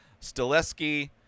Stileski